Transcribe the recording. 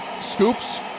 scoops